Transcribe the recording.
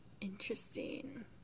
interesting